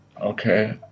Okay